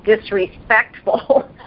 disrespectful